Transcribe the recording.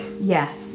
Yes